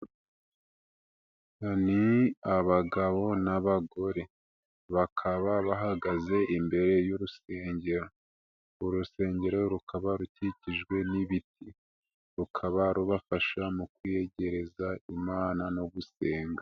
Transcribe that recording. Ni abagabo n'abagore, bakaba bahagaze imbere y'urusengero, urusengero rukaba rukikijwe n'ibiti, rukaba rubafasha mu kwiyegereza Imana no gusenga.